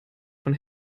von